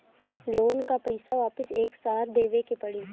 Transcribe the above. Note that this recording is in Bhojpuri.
लोन का पईसा वापिस एक साथ देबेके पड़ी?